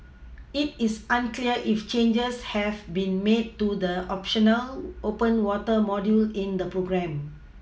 it is unclear if changes have been made to the optional open water module in the programme